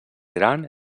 gran